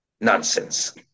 nonsense